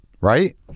Right